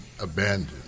abandoned